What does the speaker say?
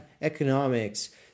economics